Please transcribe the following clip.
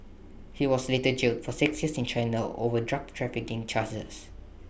he was later jailed for six years in China over drug trafficking charges